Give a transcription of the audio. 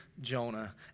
Jonah